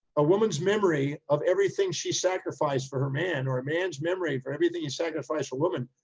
a woman's memory of everything she sacrificed for her man or a man's memory for everything he sacrificed woman,